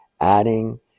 adding